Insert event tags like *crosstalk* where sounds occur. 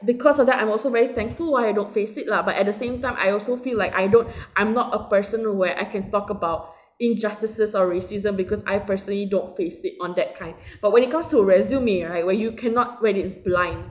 because of that I'm also very thankful why I don't face it lah but at the same time I also feel like I don't *breath* I'm not a person where I can talk about *breath* injustices or racism because I personally don't face it on that kind *breath* but when it comes to resume right where you cannot where it's blind